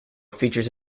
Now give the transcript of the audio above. features